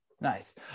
nice